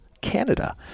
Canada